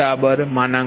0 p